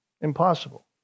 Impossible